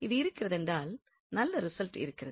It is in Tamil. இது இருக்கிறதால் நல்ல ரிசல்ட் இருக்கிறது